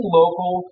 local